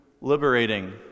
liberating